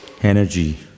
energy